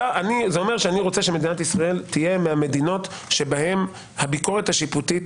זה אומר שאני רוצה שמדינת ישראל תהיה מהמדינות שבהן הביקורת השיפוטית